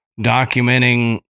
documenting